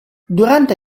durante